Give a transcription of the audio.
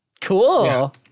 cool